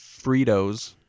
Fritos